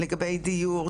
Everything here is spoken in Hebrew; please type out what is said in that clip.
לגבי דיור,